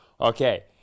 Okay